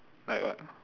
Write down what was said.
like what